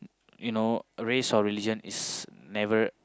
you know race or religion is never